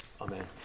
Amen